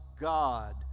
God